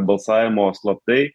balsavimo slaptai